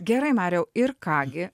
gerai mariau ir ką gi